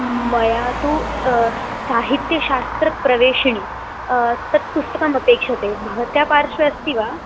मया तु साहित्यशास्त्रप्रवेशिनि तत् पुस्तकम् अपेक्षते भवत्याः पार्श्वे अस्ति वा